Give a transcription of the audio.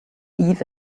eve